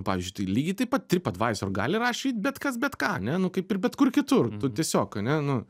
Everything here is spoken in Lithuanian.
pavyzdžiui tai lygiai taip pat trip advisor gali rašyti bet kas bet ką ane nu kaip ir bet kur kitur tu tiesiog ane nu